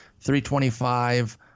325